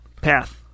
path